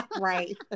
Right